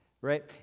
Right